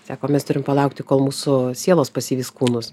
sako mes turim palaukti kol mūsų sielos pasivys kūnus